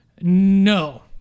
No